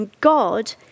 God